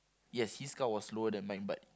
yes his car was slower than mine but